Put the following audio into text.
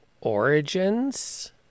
Origins